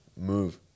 move